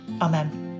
Amen